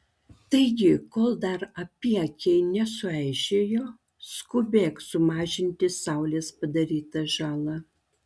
taigi kol dar apyakiai nesueižėjo skubėk sumažinti saulės padarytą žalą